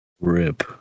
Rip